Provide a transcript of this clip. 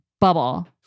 bubble